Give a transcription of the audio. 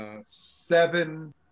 seven